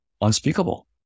unspeakable